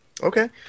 Okay